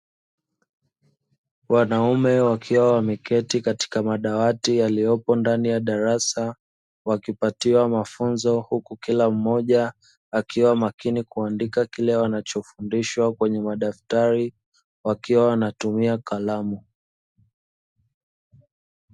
Wanaume wakiwa wameketi katika madawati yaliyopo ndani ya darasa, wakipatiwa mafunzo huku kila mmoja akiwa makini kuandika kile wanachofundishwa kwenye madaftari wakiwa wanatumia kalamu.